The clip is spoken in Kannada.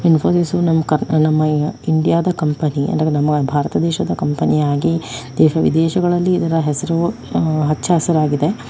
ಇನ್ಫೋಸಿಸ್ಸು ನಮ್ಮ ನಮ್ಮ ಇಂಡಿಯಾದ ಕಂಪನಿ ಅಂದರೆ ನಮ್ಮ ಭಾರತ ದೇಶದ ಕಂಪನಿಯಾಗಿ ದೇಶ ವಿದೇಶಗಳಲ್ಲಿ ಇದರ ಹೆಸರು ಹಚ್ಚ ಹಸಿರಾಗಿದೆ